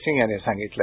सिंग यांनी सांगितलं